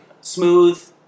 Smooth